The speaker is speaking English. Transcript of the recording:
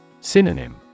Synonym